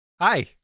Hi